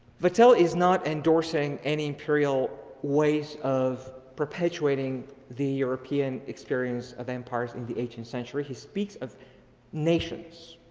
vattel is not endorsing any imperial ways of perpetuating the european experience of empires in the eighteenth century, he speaks of nations.